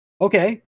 okay